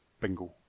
Bingo